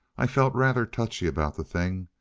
i've felt rather touchy about the thing.